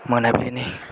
मोनाब्लिनि